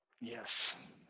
Yes